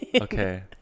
Okay